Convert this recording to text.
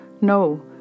No